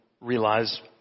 realize